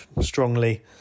strongly